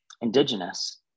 Indigenous